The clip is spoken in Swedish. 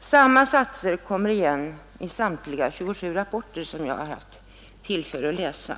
Samma slutsatser kommer igen i samtliga 27 rapporter som jag haft tillfälle att läsa.